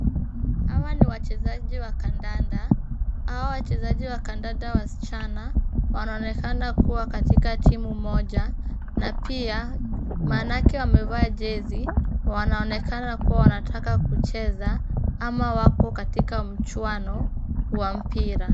Hawa ni wachezaji wa kandanda. Hawa wachezaji wa kandanda wasichana wanaonekana kuwa katika timu moja na pia maanake wamevaa jezi wanaonekana kuwa wanataka kucheza ama wako katika mchuano wa mpira.